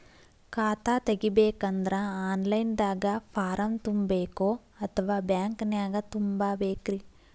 ಖಾತಾ ತೆಗಿಬೇಕಂದ್ರ online ದಾಗ ಫಾರಂ ತುಂಬೇಕೊ ಅಥವಾ ಬ್ಯಾಂಕನ್ಯಾಗ ತುಂಬ ಬೇಕ್ರಿ?